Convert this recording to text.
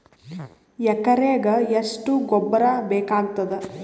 ಎಕರೆಗ ಎಷ್ಟು ಗೊಬ್ಬರ ಬೇಕಾಗತಾದ?